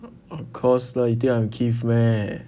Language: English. of course lah you think I'm keith meh